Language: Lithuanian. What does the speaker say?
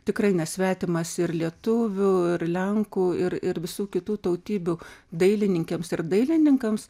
tikrai nesvetimas ir lietuvių ir lenkų ir ir visų kitų tautybių dailininkėms ir dailininkams